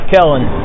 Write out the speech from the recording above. Kellen